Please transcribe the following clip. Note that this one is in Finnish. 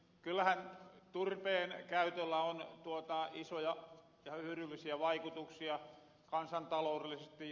kyllähän turpeen käytöllä on isoja ja hyöryllisiä vaikutuksia kansantalourellisesti